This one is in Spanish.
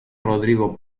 rodrigo